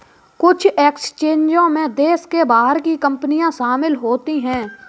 कुछ एक्सचेंजों में देश के बाहर की कंपनियां शामिल होती हैं